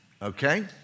Okay